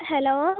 hello